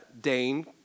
Dane